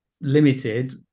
Limited